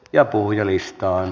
ja puhujalistaan